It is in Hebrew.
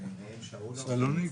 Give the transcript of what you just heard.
ראם שאולוף, צה"ל.